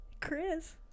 Chris